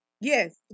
Yes